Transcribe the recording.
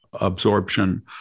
absorption